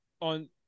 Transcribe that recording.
On